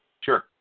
Sure